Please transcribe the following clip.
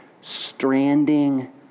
stranding